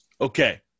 Okay